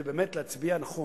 ובאמת להצביע נכון.